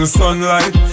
sunlight